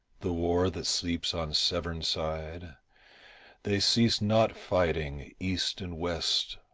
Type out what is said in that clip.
the war that sleeps on severn side they cease not fighting, east and west,